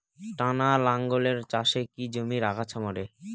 টানা লাঙ্গলের চাষে কি জমির আগাছা মরে?